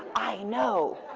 i know.